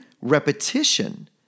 repetition